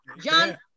John